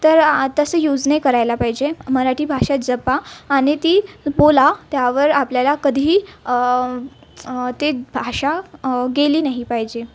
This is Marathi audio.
तर आताच यूज नाही करायला पाहिजे मराठी भाषा जपा आणि ती बोला त्यावर आपल्याला कधीही ते भाषा गेली नाही पाहिजे